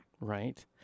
right